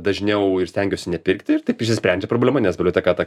dažniau ir stengiuosi nepirkti ir taip išsisprendžia problema nes biblioteka tą